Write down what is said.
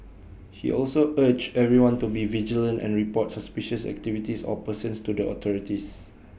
he also urged everyone to be vigilant and report suspicious activities or persons to the authorities